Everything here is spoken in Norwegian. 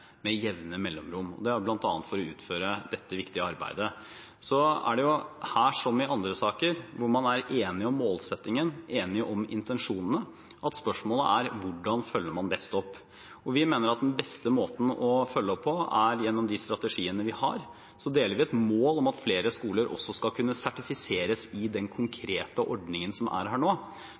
jevne mellomrom, bl.a. for å utføre dette viktige arbeidet. Så er det her som i andre saker hvor man er enige om målsettingen, enige om intensjonene, at spørsmålet er hvordan man best følger opp. Vi mener at den beste måten å følge opp på er gjennom de strategiene vi har. Så deler vi et mål om at flere skoler også skal kunne sertifiseres i den konkrete ordningen som er her nå,